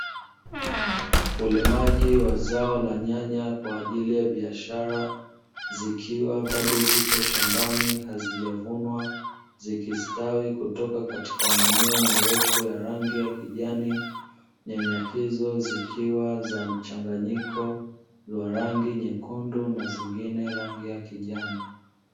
Ulimaji wa zao la nyanya kwa ajili ya biashara zikiwa bado zipo shambani hazijavunwa zikistawi kutoka katika mimea mirefu ya rangi ya kijani. Nyanya hizo zikiwa za mchanganyiko wa rangi nyekundu na zingine rangi ya kijani.